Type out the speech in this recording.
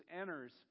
enters